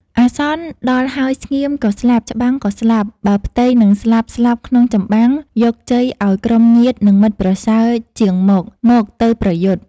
អាសន្នដល់ហើយស្ងៀម ក៏ស្លាប់ច្បាំងក៏ស្លាប់ បើផ្ទៃនឹងស្លាប់ៗក្នុងចម្បាំងយកជ័យឱ្យក្រុមញាតិនិងមិត្តប្រសើរ ជាងមក ! មក! ទៅប្រយុទ្ធ” ។